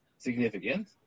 significant